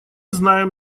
знаем